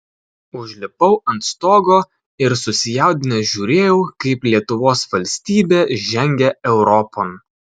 užlipau ant stogo ir susijaudinęs žiūrėjau kaip lietuvos valstybė žengia europon